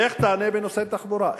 לך תענה בנושא תחבורה.